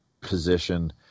position